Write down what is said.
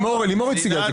לימור הציגה.